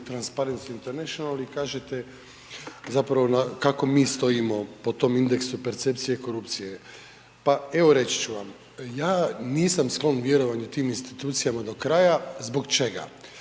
Transparency International i kažete zapravo kako mi stojimo po tom indeksu percepcije i korupcije. Pa evo reći ću vam, ja nisam sklon vjerovanju tim institucijama do kraja. Zbog čega?